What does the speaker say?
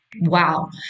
wow